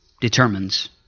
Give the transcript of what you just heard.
determines